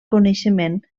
coneixement